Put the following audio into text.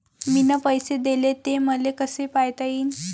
मिन पैसे देले, ते मले कसे पायता येईन?